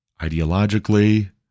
ideologically